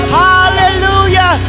hallelujah